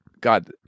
God